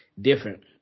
different